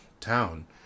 town